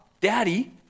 Daddy